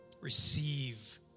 Receive